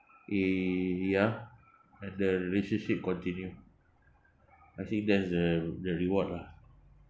ya and the relationship continue as if that's the the reward lah